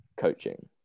Coaching